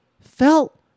felt